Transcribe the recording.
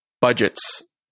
budgets